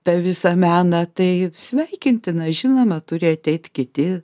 tą visą meną tai sveikintina žinoma turi ateit kiti